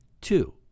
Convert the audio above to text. Two